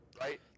right